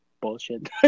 bullshit